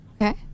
okay